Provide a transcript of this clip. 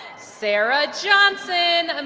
sarah johnson,